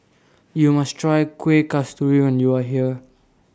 YOU must Try Kueh Kasturi when YOU Are here